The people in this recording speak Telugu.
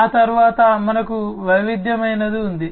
ఆ తరువాత మనకు వైవిధ్యమైనది ఉంది